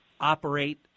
operate